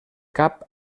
cap